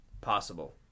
possible